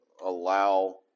allow